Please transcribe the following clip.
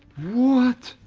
what?